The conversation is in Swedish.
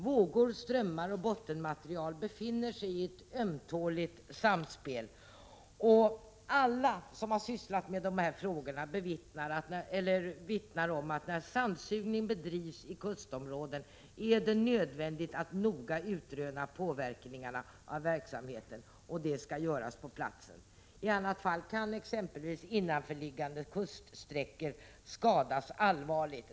Vågor, strömmar och bottenmaterial befinner sig i ett ömtåligt samspel. Alla som har sysslat med dessa frågor vittnar om att det vid sandsugningi Prot. 1986/87:78 kustområden är nödvändigt att noggrant utröna effekterna av verksamheten 3 mars 1987 — och det skall göras på platsen! I annat fall kan exempelvis innanförliggande kuststräckor skadas allvarligt.